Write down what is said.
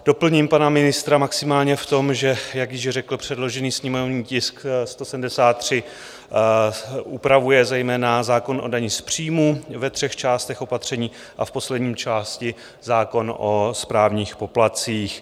Doplním pana ministra maximálně v tom, že jak již řekl, předložený sněmovní tisk 173 upravuje zejména zákon o dani z příjmu ve třech částech opatření a v poslední části zákon o správních poplatcích.